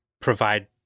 provide